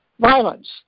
violence